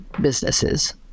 businesses